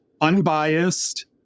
unbiased